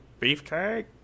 beefcake